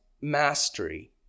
mastery